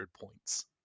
points